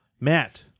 Matt